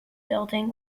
building